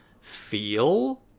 feel